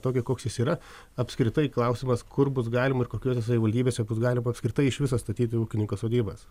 tokį koks jis yra apskritai klausimas kur bus galima ir kokiose savivaldybėse bus galima apskritai iš viso statyti ūkininko sodybas